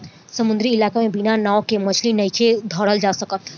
समुंद्री इलाका में बिना नाव के मछली नइखे धरल जा सकत